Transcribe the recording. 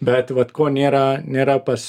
bet vat ko nėra nėra pas